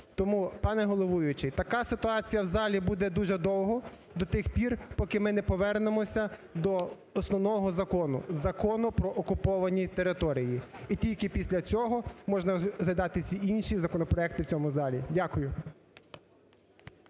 Тому, пане головуючий, така ситуація в залі буде дуже довго, до тих пір, поки ми не повернемося до основного закону – Закону про окуповані території. І тільки після цього можна розглядати всі інші законопроекти в цьому залі. Дякую.